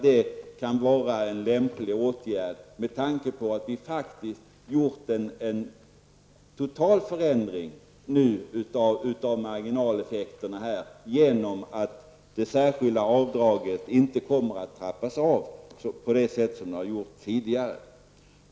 Det kan vara en lämplig åtgärd, med tanke på att vi faktiskt har genomfört en total förändring av marginaleffekterna genom att det särskilda avdraget inte kommer att trappas av på det sätt som det har gjort tidigare.